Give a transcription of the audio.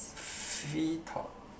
free thought